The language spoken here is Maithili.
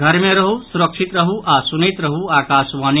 घर मे रहू सुरक्षित रहू आ सुनैत रहू आकाशवाणी